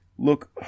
Look